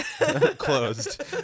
closed